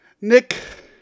nick